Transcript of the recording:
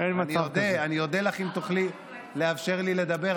אני אודה לך אם תוכלי לאפשר לי לדבר.